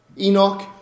Enoch